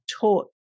taught